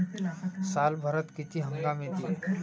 सालभरात किती हंगाम येते?